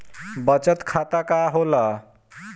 बचत खाता का होला?